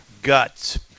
Guts